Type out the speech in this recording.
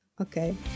okay